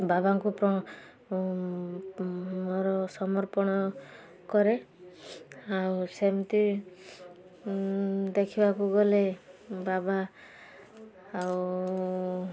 ବାବାଙ୍କୁ ମୋର ସମର୍ପଣ କରେ ଆଉ ସେମିତି ଦେଖିବାକୁ ଗଲେ ବାବା ଆଉ